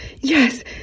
Yes